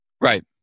Right